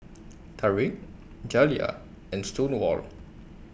Tarik Jaliyah and Stonewall